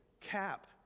cap